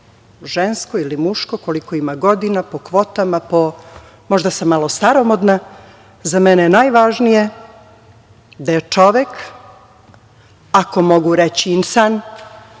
žensko ili muško, koliko ima godina, po kvotama, po, možda sam malo staromodna, za mene je najvažnije da je čovek, ako mogu reći insan,